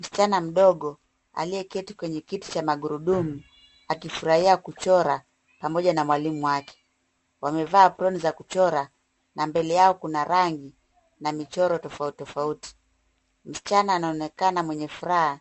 Msichana mdogo aliyeketi kwenye kiti cha magurudumu, akifurahia kuchora pamoja na mwalimu wake. Wamevaa aproni za kuchora, na mbele yao kuna rangi na michoro tofauti tofauti. Msichana anaonekana mwenye furaha